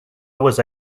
was